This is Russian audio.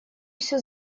все